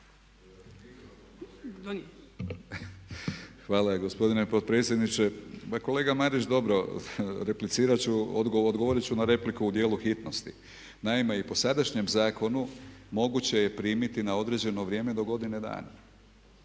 Hvala gospodine potpredsjedniče. Pa kolega Marić, dobro replicirat ću, odgovorit ću na repliku u djelu hitnosti. Naime, i po sadašnjem zakonu moguće je primiti na određeno vrijeme do godine dana.